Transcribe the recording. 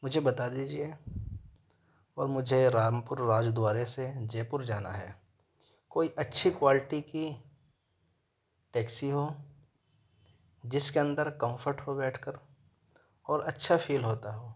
مجھے بتا دیجیے اور مجھے رامپور راج دوارے سے جےپور جانا ہے کوئی اچھی کوالٹی کی ٹیکسی ہو جس کے اندر کمفرٹ ہو بیٹھ کر اور اچھا فیل ہوتا ہو